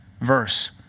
verse